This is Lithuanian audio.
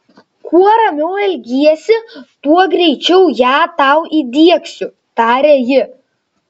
kuo ramiau elgsiesi tuo greičiau ją tau įdiegsiu taria ji